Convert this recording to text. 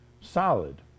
solid